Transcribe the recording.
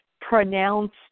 pronounced